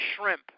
Shrimp